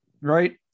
Right